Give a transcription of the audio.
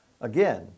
again